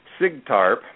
SIGTARP